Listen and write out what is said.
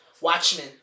watchmen